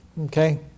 okay